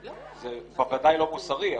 זה בוודאי לא מוסרי,